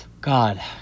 God